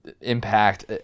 impact